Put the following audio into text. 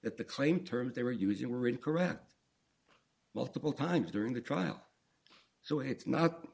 that the claim terms they were using were incorrect multiple times during the trial so it's not